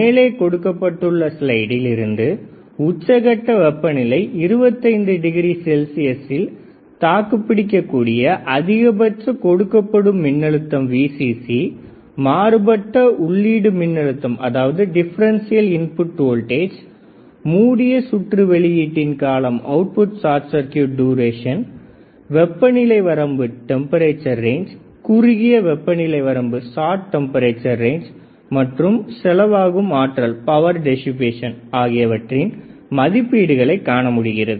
மேலே கொடுக்கப்பட்டுள்ள ஸ்லைடில் இருந்து உச்சகட்ட வெப்பநிலை 25 டிகிரி செல்சியஸில் தாக்குப் பிடிக்கக் கூடிய அதிகபட்சமாக கொடுக்கப்படும் மின்னழுத்தம் Vcc மாறுபட்ட உள்ளீடு மின்னழுத்தம் மூடிய சுற்று வெளியீட்டின் காலம்வெப்பநிலை வரம்பு குறுகிய வெப்பநிலை வரம்பு மற்றும் செலவாகும் ஆற்றல் ஆகியவற்றின் மதிப்பீடுகளை காணமுடியும்